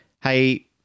hey